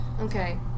Okay